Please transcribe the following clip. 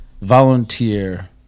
volunteer